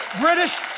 British